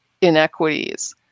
inequities